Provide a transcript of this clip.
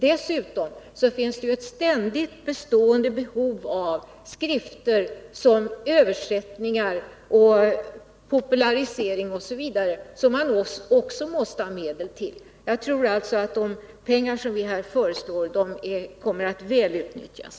Dessutom finns det ju ett ständigt behov av skrifter med översättningar och populariseringar av institutets rapporter. Jag är övertygad om att de pengar som vi föreslår kommer att väl utnyttjas.